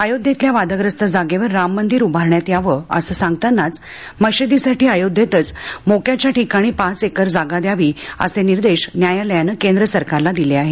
अयोध्येतल्या वादग्रस्त जागेवर राम मंदिर उभारण्यात यावं असं सांगतानाच मशिदीसाठी अयोध्येतच मोक्याच्या ठिकाणी पाच एकर जागा द्यावी असे निर्देश न्यायालयानं केंद्र सरकारला दिले आहेत